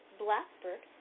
blackbird